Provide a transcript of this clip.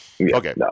Okay